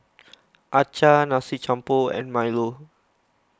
Acar Nasi Campur and Milo